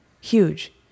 Huge